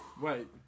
Wait